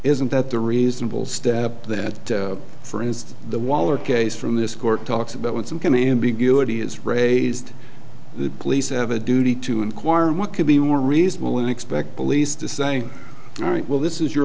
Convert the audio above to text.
isn't that the reasonable step that for instance the waller case from this court talks about when some can ambiguity is raised the police have a duty to inquire what could be more reasonable and i expect police to say all right well this is your